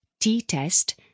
T-test